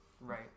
Right